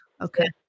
Okay